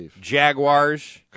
Jaguars